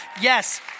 Yes